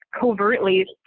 covertly